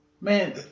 Man